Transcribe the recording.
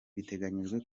biteganijwe